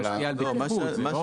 נכון.